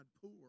poor